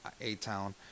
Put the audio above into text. A-Town